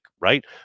right